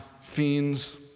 fiends